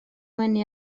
wenu